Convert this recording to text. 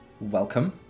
Welcome